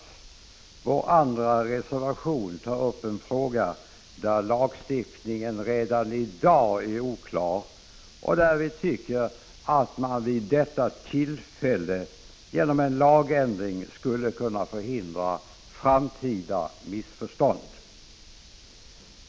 I vår andra reservation tar vi upp en fråga där lagstiftningen redan i dag är oklar. Vi tycker att riksdagen vid detta tillfälle genom en lagändring skulle kunna förhindra framtida missförstånd.